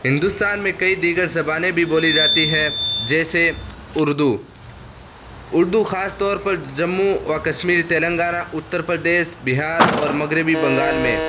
ہندوستان میں کئی دیگر زبانیں بھی بولی جاتی ہے جیسے اردو اردو خاص طور پر جموں و کشمیر تلنگانہ اتّر پردیش بہار اور مغربی بنگال میں